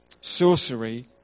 sorcery